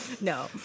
No